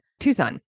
Tucson